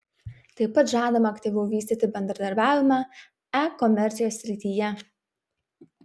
tai pat žadama aktyviau vystyti bendradarbiavimą e komercijos srityje